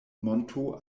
monto